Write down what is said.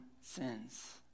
sins